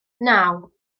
naw